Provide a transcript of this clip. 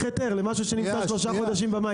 היתר למשהו שנשאר שלושה חודשים במים.